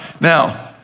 now